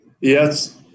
Yes